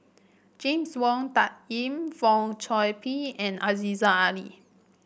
James Wong Tuck Yim Fong Chong Pik and Aziza Ali